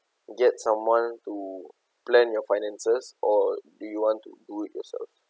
get someone to plan your finances or do you want to do it yourself